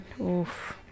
Oof